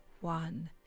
one